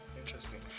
interesting